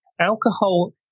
Alcohol